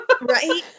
Right